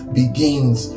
begins